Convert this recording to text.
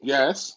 Yes